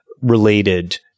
related